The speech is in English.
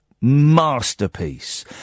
masterpiece